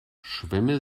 schwämme